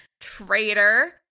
Traitor